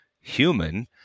human